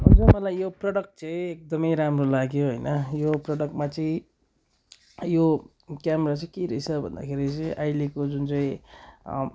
मलाई यो प्रडक्ट चाहिँ एकदमै राम्रो लाग्यो होइन यो प्रडक्ट मैले चाहिँ यो क्यामेरा चाहिँ के रहेछ भन्दाखेरि चाहिँ अहिलेको जुन चाहिँ